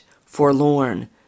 forlorn